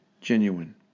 genuine